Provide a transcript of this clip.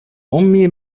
أمي